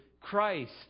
Christ